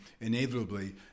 Inevitably